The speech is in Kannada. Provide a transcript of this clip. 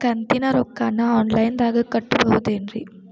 ಕಂತಿನ ರೊಕ್ಕನ ಆನ್ಲೈನ್ ದಾಗ ಕಟ್ಟಬಹುದೇನ್ರಿ?